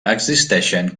existeixen